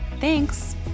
Thanks